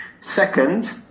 Second